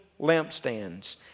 lampstands